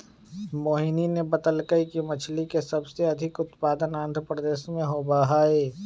मोहिनी ने बतल कई कि मछ्ली के सबसे अधिक उत्पादन आंध्रप्रदेश में होबा हई